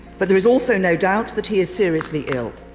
but there is also no doubt that he is seriously ill.